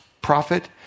prophet